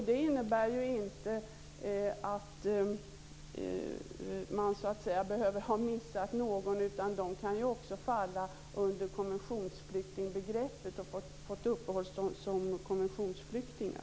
Det innebär inte att man behöver ha missat någon. De personerna kan ju också falla under konventionsflyktingbegreppet och kan ha fått uppehållstillstånd som konventionsflyktingar.